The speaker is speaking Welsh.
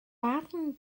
barn